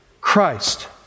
Christ